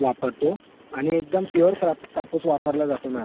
वापरतो आणि एकदम प्यूअर काप कापूस वापरला जातो मॅम